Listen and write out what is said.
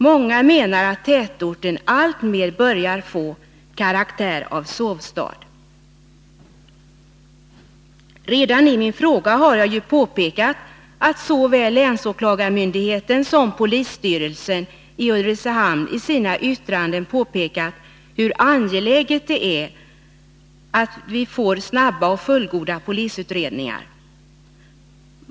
Många menar att tätorten alltmer börjar få karaktären av sovstad. Redan i min fråga har jag framhållit att såväl länsåklagarmyndigheten som polisstyrelsen i Ulricehamn i sina yttranden påpekat hur angeläget det är att vi snabbt får fullgoda polisutredningar.